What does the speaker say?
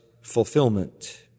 fulfillment